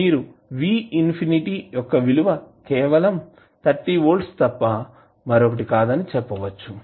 మీరు V infinity యొక్క విలువ కేవలం 30 వోల్ట్స్ తప్ప మరొకటి కాదని చెప్పవచ్చు